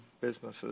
businesses